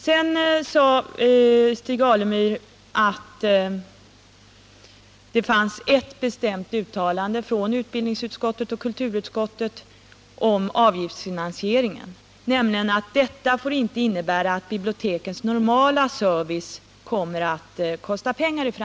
Sedan sade Stig Alemyr att det fanns ett bestämt uttalande från utbildningsutskottet och kulturutskottet om avgiftsfinansieringen, nämligen att den inte får innebära att bibliotekens normala service i framtiden kommer att kosta pengar.